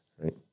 right